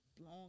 long